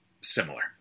Similar